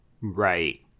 Right